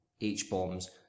H-bombs